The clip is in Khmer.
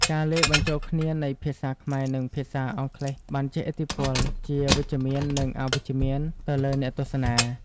ការលាយបញ្ចូលគ្នានៃភាសាខ្មែរនិងភាសាអង់គ្លេសបានជះឥទ្ធិពលជាវិជ្ជមាននិងអវិជ្ជមានទៅលើអ្នកទស្សនា។